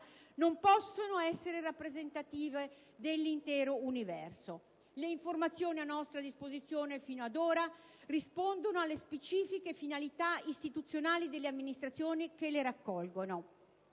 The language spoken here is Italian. non possono essere rappresentative dell'intero universo. Le informazioni a nostra disposizione fino ad ora rispondono alle specifiche finalità istituzionali delle amministrazioni che le raccolgono.